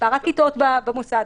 מספר הכיתות במוסד,